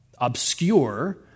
obscure